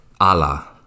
Allah